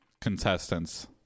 contestants